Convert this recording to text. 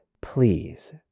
please